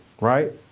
right